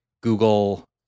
Google